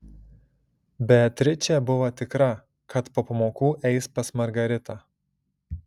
beatričė buvo tikra kad po pamokų eis pas margaritą